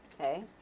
Okay